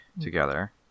together